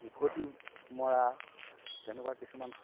ওভতি মৰা তেনেকুৱা কিছুমান